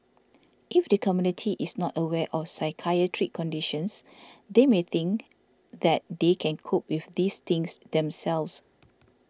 if the community is not aware of psychiatric conditions they may think that they can cope with these things themselves